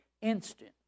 instant